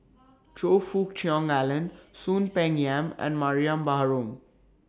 Choe Fook Cheong Alan Soon Peng Yam and Mariam Baharom